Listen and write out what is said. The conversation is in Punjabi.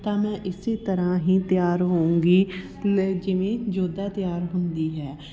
ਤਾਂ ਮੈਂ ਇਸੇ ਤਰਾਂ ਹੀ ਤਿਆਰ ਹੋਊਗੀ ਮੈਂ ਜਿਵੇਂ ਜੋਧਾ ਤਿਆਰ ਹੁੰਦੀ ਹੈ